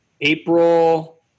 April